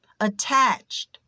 attached